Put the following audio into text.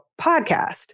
podcast